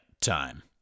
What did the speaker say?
time